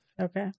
Okay